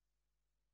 אני קוראת